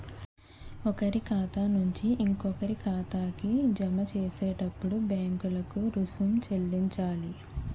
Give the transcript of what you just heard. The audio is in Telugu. ఒకరి ఖాతా నుంచి ఇంకొకరి ఖాతాకి జమ చేసేటప్పుడు బ్యాంకులకు రుసుం చెల్లించాలి